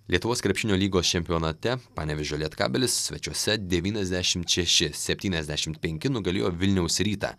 lietuvos krepšinio lygos čempionate panevėžio lietkabelis svečiuose devyniasdešimt šeši septyniasdešimt penki nugalėjo vilniaus rytą